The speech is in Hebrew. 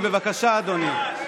בבקשה, אדוני.